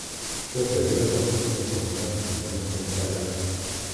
šiuo periodu aktyviai formuojasi vaiko intelektas